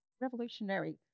Revolutionary